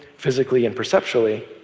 physically and perceptually,